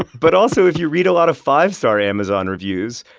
but also, if you read a lot of five-star amazon review,